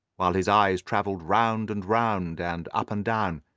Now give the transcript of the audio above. while his eyes travelled round and round and up and down,